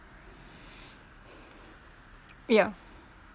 yeah